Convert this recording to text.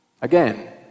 Again